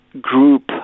group